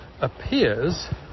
appears